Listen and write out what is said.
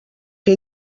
que